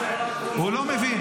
(אומר בערבית:) --- הוא לא מבין.